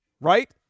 right